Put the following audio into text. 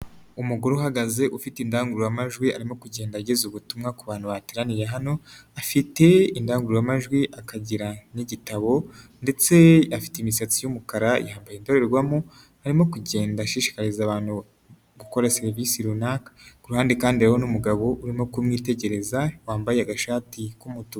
Umugore uhagaze ufite indangururamajwi, arimo kugenda ageza ubutumwa ku bantu bateraniye hano, afite indangururamajwi ndetse akagira n'igitabo, ndetse afite imisatsi y'umukara, yambaye indorerwamo, arimo kugenda ashishikariza abantu gukora serivisr runaka. Ku ruhande kandi hariho n'umugabo, urimo kumwitegereza wambaye agashati k'umutuku.